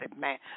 Man